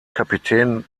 kapitän